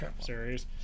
series